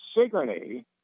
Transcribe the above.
Sigourney